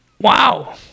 Wow